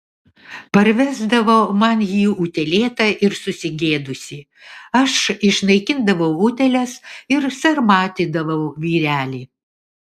parvesdavo man jį utėlėtą ir susigėdusį aš išnaikindavau utėles ir sarmatydavau vyrelį